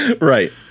Right